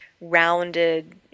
rounded